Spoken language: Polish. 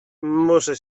muszę